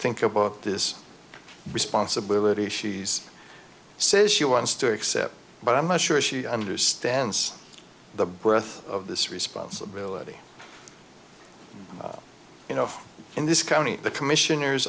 think a book this responsibility she's says she wants to accept but i'm not sure she understands the breath of this responsibility you know in this county the commissioners